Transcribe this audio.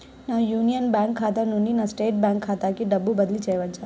నా Union Bank ఖాతా నుండి నా స్టేట్ బ్యాంకు ఖాతాకి డబ్బు బదిలి చేయవచ్చా?